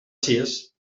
sis